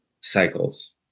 cycles